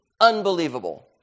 unbelievable